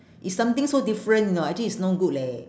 it's something so different you know actually it's no good leh